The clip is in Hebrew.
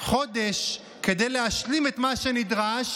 חודש כדי להשלים את מה שנדרש